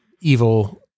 evil